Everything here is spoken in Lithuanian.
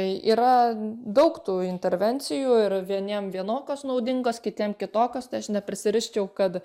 yra daug tų intervencijų ir vieniem vienokios naudingos kitiem kitokios tai aš neprisiriščiau kad